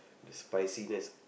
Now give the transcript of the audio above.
the spiciness